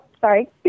sorry